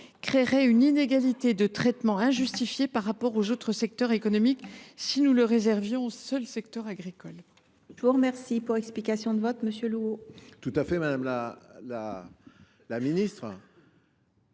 créerait une inégalité de traitement injustifiée par rapport aux autres secteurs économiques, si nous réservions cette mesure au seul secteur agricole.